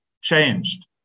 changed